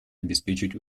обеспечить